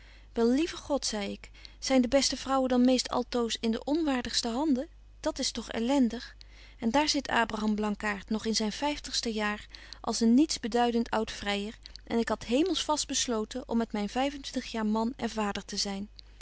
wel lieve god zei ik zyn de beste vrouwen dan meest altoos in de onwaardigste handen dat is toch elendig en daar zit abraham blankaart nog in zyn vyftigste jaar als een niets beduident oud vryer en ik had hemels vast besloten om met myn vyfentwintig jaar man en vader te zyn